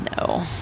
No